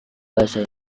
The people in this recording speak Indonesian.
bahasa